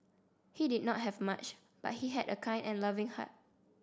he did not have much but he had a kind and loving heart